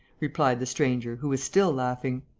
replied the stranger, who was still laughing.